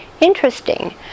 interesting